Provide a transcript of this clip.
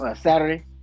Saturday